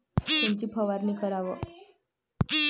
कोनची फवारणी कराव?